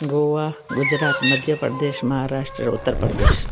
Goa Gujarat Madhya Pradesh Maharashtra Uttar Pradesh